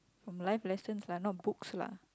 from life lessons lah not books lah